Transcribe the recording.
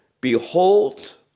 behold